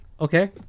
Okay